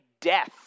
death